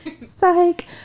psych